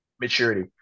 maturity